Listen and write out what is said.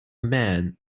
man